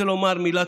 מה נעשה,